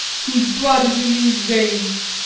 whose blood is in these veins?